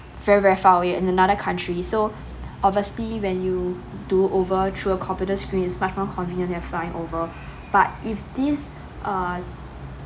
very very far away in another country so obviously when you do over through a computer screen is much more convenient than flying over but if this uh